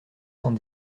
cent